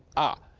ah!